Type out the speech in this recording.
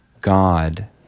God